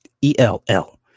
E-L-L